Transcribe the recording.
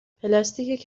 پلاستیک